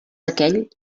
aquell